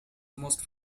most